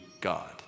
God